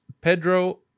Pedro